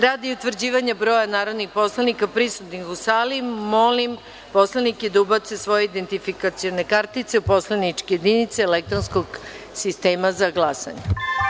Radi utvrđivanja broja narodnih poslanika prisutnih u sali, molim narodne poslanike da ubace svoje identifikacione kartice u poslaničke jedinice elektronskog sistema za glasanje.